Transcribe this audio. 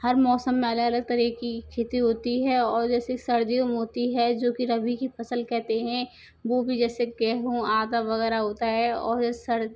हर मौसम में अलग अलग तरीक़े की खेती होती है और जैसे सर्दियों में होती है जो कि रबी की फ़सल कहते हैं वो भी जैसे गेहूं आटा वग़ैरह होता है और सर